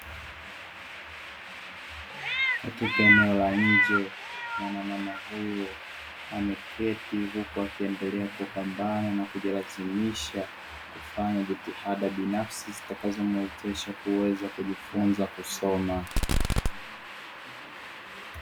Katika eneo la nje mwanamama huyu ameketi huku akiendelea kupambana na kujilazimisha kufanya jitihada binafsi zikazomwezesha kuweza kujifunza kusoma.